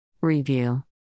Review